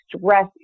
stress